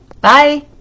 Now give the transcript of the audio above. bye